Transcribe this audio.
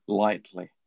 lightly